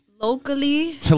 Locally